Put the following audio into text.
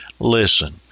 Listen